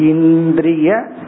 Indriya